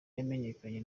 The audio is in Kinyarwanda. yamenyekanye